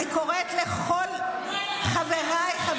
אני קורא אותך לסדר פעם ראשונה.